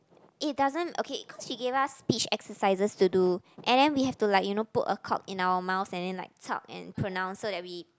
it doesn't okay cause she gave us speech exercises to do and then we have to like you know put a cork in our mouth and then like talk and pronounce so that we